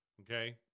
Okay